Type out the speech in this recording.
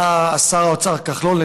שר האוצר כחלון היה,